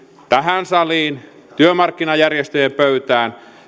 tähän saliin työmarkkinajärjestöjen pöytään